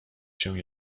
się